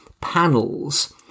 panels